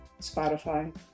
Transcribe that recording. Spotify